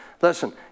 Listen